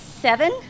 Seven